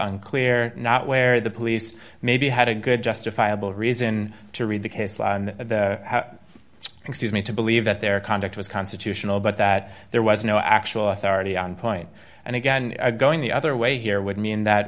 unclear not where the police maybe had a good justifiable reason to read the case law on the excuse me to believe that their conduct was constitutional but that there was no actual authority on point and again going the other way here would mean that